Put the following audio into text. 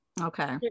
Okay